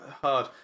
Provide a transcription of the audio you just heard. hard